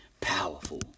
Powerful